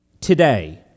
today